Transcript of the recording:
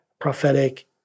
Prophetic